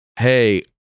Hey